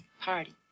party